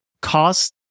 cost